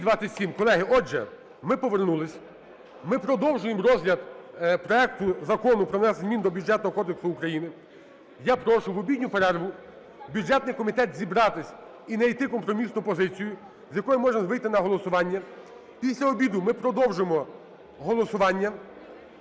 отже, ми повернулись. Ми продовжуємо розгляд проекту Закону про внесення змін до Бюджетного кодексу України. Я прошу в обідню перерву бюджетний комітет зібратись і найти компромісну позицію, з якою можна вийти на голосування. Після обіду ми продовжимо голосування